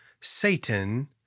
Satan